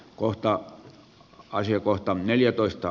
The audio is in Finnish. kohta asiakohta häpeällistä